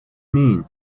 mean